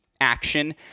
action